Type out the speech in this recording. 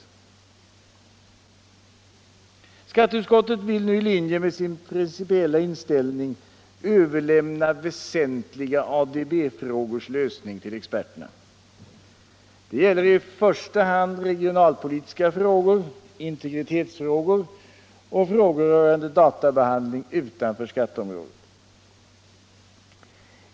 Skatteutskottet vill nu, i linje med sin principiella inställning, överlämna väsentliga ADB-frågors lösning till experterna. Det gäller i första hand regionalpolitiska frågor, integritetsfrågor och frågor rörande databehandling utanför skatteområdet.